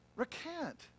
Recant